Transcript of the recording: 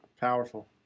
powerful